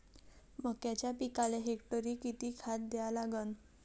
मक्याच्या पिकाले हेक्टरी किती खात द्या लागन?